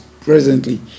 presently